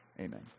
Amen